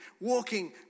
walking